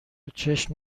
چشم